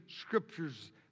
scriptures